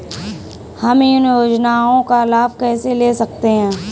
हम इन योजनाओं का लाभ कैसे ले सकते हैं?